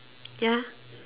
ya